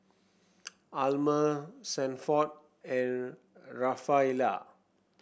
Almer Sanford and Rafaela